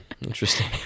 Interesting